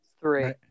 three